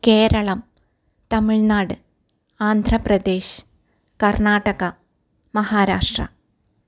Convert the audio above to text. Keralam Tamil Nadu Andhra Pradesh Karnataka Maharashtra